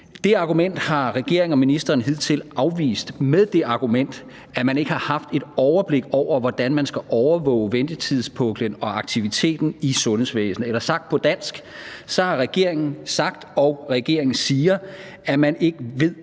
Det argument har regeringen og ministeren hidtil afvist med det argument, at man ikke har haft et overblik over, hvordan man skal overvåge ventetidspuklen og aktiviteten i sundhedsvæsenet – eller sagt på dansk, så har regeringen sagt, og regeringen siger, at man ikke ved,